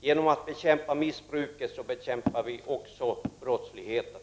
Genom att bekämpa missbruket bekämpar vi också brottsligheten.